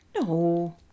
No